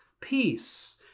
peace